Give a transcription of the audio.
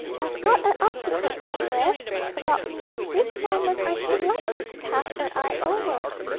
i've got a article somewheres about me at this moment i should like you to cast a eye over